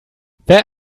wer